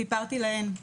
סיפרתי להן.